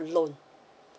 loan